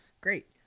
Great